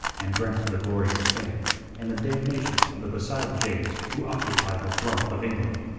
and drank to the glory of spain and the damnation of the besotted james who occupied the throne of england.